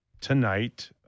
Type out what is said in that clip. tonight